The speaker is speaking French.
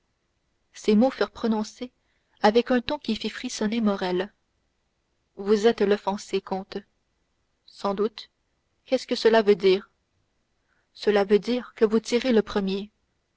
ces mots furent prononcés avec un ton qui fit frissonner morrel vous êtes l'offensé comte sans doute qu'est-ce que cela veut dire cela veut dire que vous tirez le premier